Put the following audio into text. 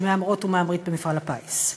שמהמרות ומהמרים במפעל הפיס.